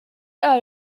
are